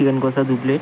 chicken কষা দু plate